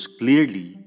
clearly